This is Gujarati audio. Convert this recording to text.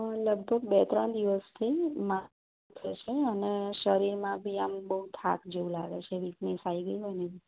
લગભગ બે ત્રણ દિવસથી માથું દુખે છે અને શરીર માં બી આમ બઉ થાક જેવું લાગે છે વીકનેસ આઈ ગઈ હોયને